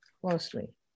closely